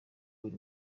buri